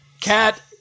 Cat